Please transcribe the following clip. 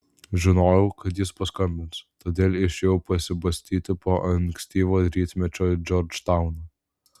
žinojau kad jis paskambins todėl išėjau pasibastyti po ankstyvo rytmečio džordžtauną